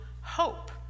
hope